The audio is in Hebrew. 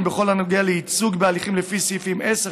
בכל הנוגע לייצוג בהליכים לפי סעיפים 10,